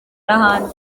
n’ahandi